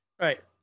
Right